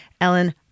Ellen